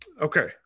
Okay